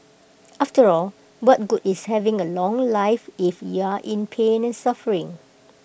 after all what good is having A long life if you are in pain and suffering